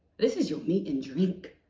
this is your meat and drink,